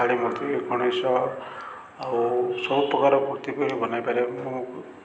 କାଳୀ ମୂର୍ତ୍ତି ଗଣେଶ ଆଉ ସବୁ ପ୍ରକାର ମୂର୍ତ୍ତି ବି ବନେଇପାରିବ ମୁଁ